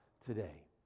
today